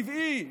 טבעי,